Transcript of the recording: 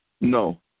No